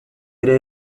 ere